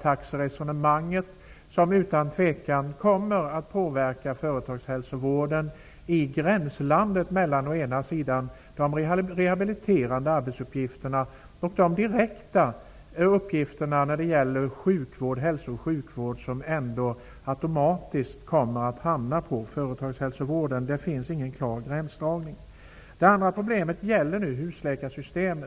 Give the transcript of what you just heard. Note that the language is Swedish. specialistläkartaxan, som utan tvivel kommer att påverka företagshälsovården i gränslandet mellan de rehabiliterande uppgifterna och de direkta hälsooch sjukvårdsuppgifterna, som automatiskt kommer att hamna inom företagshälsovården. Det finns ingen klar gränsdragning. Det andra problemet gäller husläkarsystemet.